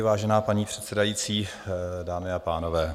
Vážená paní předsedající, dámy a pánové.